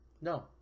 No